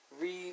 read